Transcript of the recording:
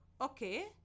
Okay